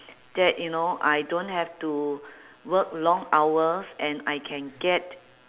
that you know I don't have to work long hours and I can get